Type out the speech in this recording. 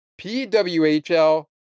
PWHL